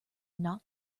not